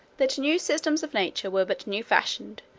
that new systems of nature were but new fashions,